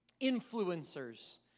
influencers